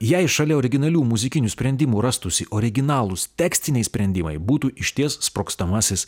jei šalia originalių muzikinių sprendimų rastųsi originalūs tekstiniai sprendimai būtų išties sprogstamasis